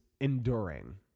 enduring